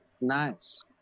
Nice